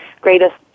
greatest